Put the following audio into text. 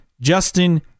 Justin